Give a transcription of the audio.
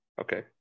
Okay